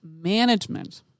management